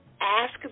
ask